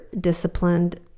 disciplined